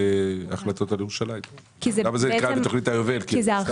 בנוסף תקצבנו סך של 22.9 מיליון שקלים בהוצאה